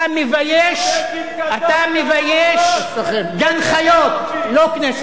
הוא זבל גזעני כמוך, אתה מבייש גן-חיות, לא כנסת.